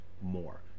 more